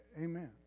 Amen